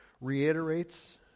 reiterates